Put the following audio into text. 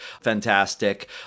fantastic